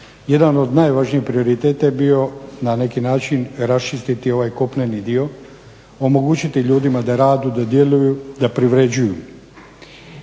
Jedan od najvažnijih prioriteta je bio na neki način raščistiti ovaj kopneni dio, omogućiti ljudima da radu, da djeluju, da privređuju.